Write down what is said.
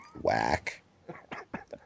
Whack